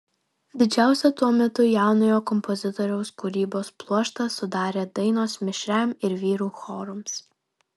didžiausią tuo metu jaunojo kompozitoriaus kūrybos pluoštą sudarė dainos mišriam ir vyrų chorams